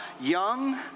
young